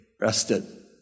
rested